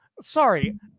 Sorry